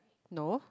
no